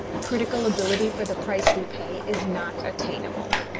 critical ability for the price we pay is not attainable.